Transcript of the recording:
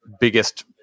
biggest